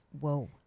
Whoa